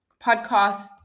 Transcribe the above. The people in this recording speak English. Podcasts